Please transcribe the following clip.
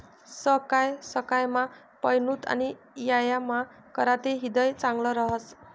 सकाय सकायमा पयनूत आणि यायाम कराते ह्रीदय चांगलं रहास